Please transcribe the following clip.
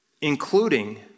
including